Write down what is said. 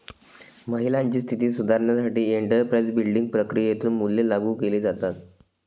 महिलांची स्थिती सुधारण्यासाठी एंटरप्राइझ बिल्डिंग प्रक्रियेतून मूल्ये लागू केली जातात